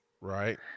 right